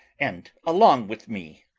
and along with me.